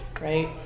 right